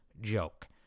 joke